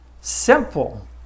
Simple